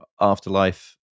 Afterlife